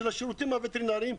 של השירותים הווטרינרים,